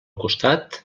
costat